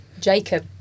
Jacob